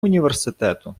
університету